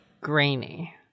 grainy